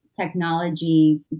technology